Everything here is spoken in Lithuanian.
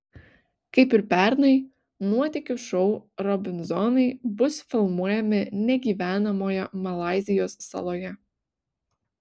kaip ir pernai nuotykių šou robinzonai bus filmuojami negyvenamoje malaizijos saloje